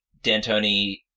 D'Antoni